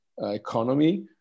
economy